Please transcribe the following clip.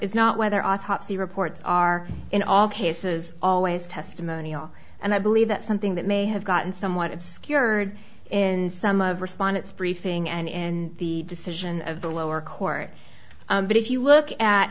is not whether autopsy reports are in all cases always testimonial and i believe that's something that may have gotten somewhat obscured in some of respondents briefing and in the decision of the lower court but if you look at